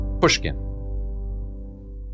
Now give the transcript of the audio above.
Pushkin